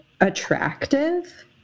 attractive